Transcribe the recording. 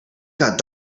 got